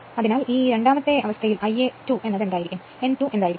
അതിനാൽ ഇത് രണ്ടാമത്തെ കേസിൽ Ia 2 എന്തായിരിക്കും n 2 എന്തായിരിക്കും